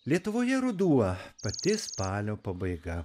lietuvoje ruduo pati spalio pabaiga